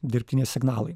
dirbtiniai signalai